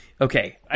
Okay